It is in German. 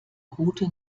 route